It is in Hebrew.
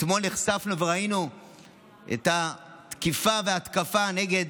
אתמול נחשפנו וראינו את התקיפה וההתקפה נגד